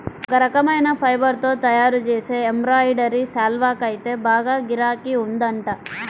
ఒక రకమైన ఫైబర్ తో తయ్యారుజేసే ఎంబ్రాయిడరీ శాల్వాకైతే బాగా గిరాకీ ఉందంట